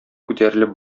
күтәрелеп